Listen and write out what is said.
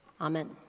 Amen